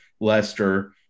Lester